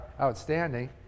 outstanding